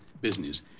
business